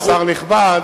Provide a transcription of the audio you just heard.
ושר נכבד,